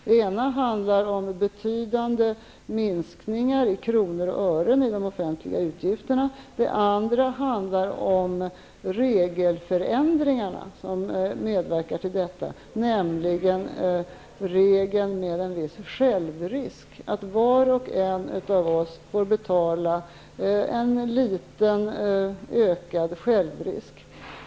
Den ena handlar om betydande minskningar i kronor och ören av de offentliga utgifterna. Den andra handlar om de regelförändringar som medverkar till detta. Enligt regeln om självrisk får var och en av oss betala en litet ökad självrisk.